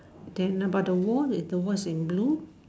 then about the wall the wall is in blue